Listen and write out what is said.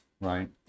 right